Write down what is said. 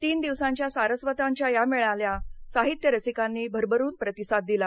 तीन दिवसांच्या सारस्वतांच्या या मेळ्याला साहित्य रसिकांनी भरभरून प्रतिसाद दिला